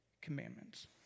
commandments